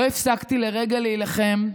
לא הפסקתי לרגע להילחם.